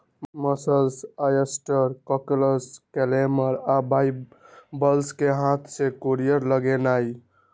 mussels, oyster, cockles, clams आ bivalves कें हाथ से कूरिया लगेनाइ